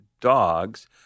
dogs